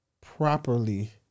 properly